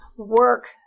work